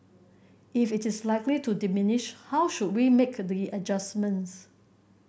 if it is likely to diminish how should we make the adjustments